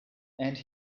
and